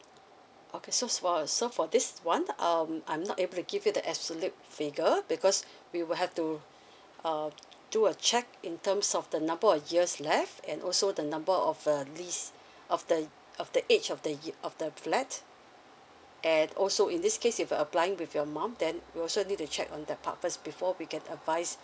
okay so for so for this one um I'm not able to give you the absolute figure because we will have to uh do a check in terms of the number of years left and also the number of uh lease of the of the age of the ye~ of the flat and also in this case if applying with your mom then you also need to check on that part first before we can advice